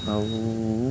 ଆଉ